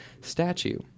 statue